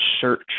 search